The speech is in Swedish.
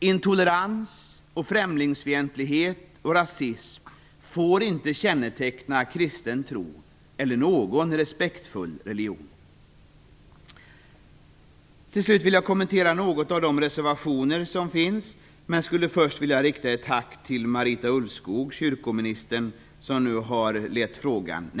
Intolerans, främlingsfientlighet och rasism får inte känneteckna kristen tro eller någon annan respektfull religion. Till slut vill jag något kommentera de reservationer som finns. Först vill jag dock rikta ett tack till kyrkominister Marita Ulvskog som nu nästan har lett denna fråga i hamn.